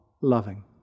loving